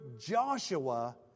Joshua